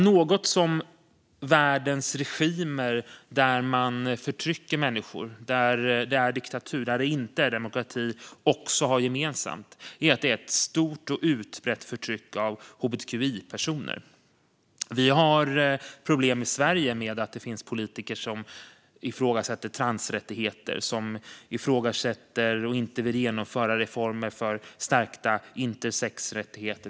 Något som regimer i länder där man förtrycker människor, där det är diktatur och där det inte är demokrati har gemensamt är att det är ett stort och utbrett förtryck av hbtqi-personer. Vi har i Sverige problem med att det finns politiker som ifrågasätter transrättigheter och inte vill genomföra reformer för stärkta intersexrättigheter.